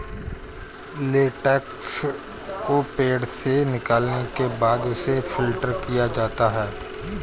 latex को पेड़ से निकालने के बाद उसे फ़िल्टर किया जाता है